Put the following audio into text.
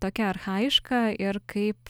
tokia archajiška ir kaip